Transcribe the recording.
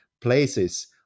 places